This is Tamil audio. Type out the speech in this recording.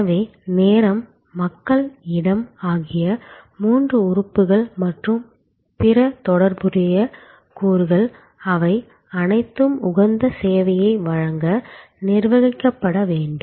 எனவே நேரம் மக்கள் இடம் ஆகிய மூன்று உறுப்புகள் மற்றும் பிற தொடர்புடைய கூறுகள் அவை அனைத்தும் உகந்த சேவையை வழங்க நிர்வகிக்கப்பட வேண்டும்